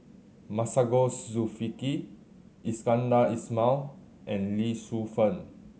Masagos Zulkifli Iskandar Ismail and Lee Shu Fen